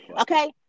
okay